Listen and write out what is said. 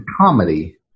comedy